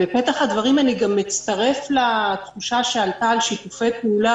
בפתח הדברים אצטרף לתחושה שעלתה על שיתופי פעולה